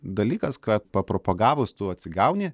dalykas kad papropagavus tu atsigauni